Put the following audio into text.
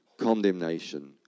condemnation